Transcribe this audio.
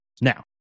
Now